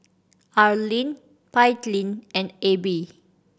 Arlyne Paityn and Abbey